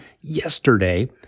yesterday